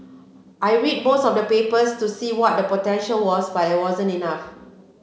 I read most of the papers to see what the potential was but there wasn't enough